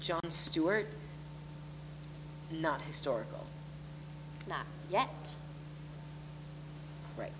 john stewart not historical not yet right